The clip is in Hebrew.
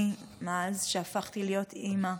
שאני, מאז שהפכתי להיות אימא,